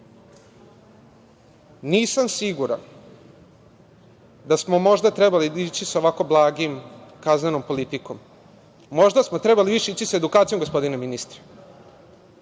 siguran da smo možda trebali ići sa ovako blagom kaznenom politikom. Možda smo trebali više ići sa edukacijom, gospodine ministre.